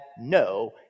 no